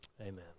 Amen